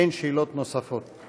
אין שאלות נוספות.